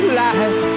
life